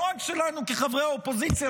לא רק שלנו כחברי אופוזיציה,